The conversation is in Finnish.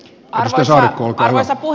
arvoisa puhemies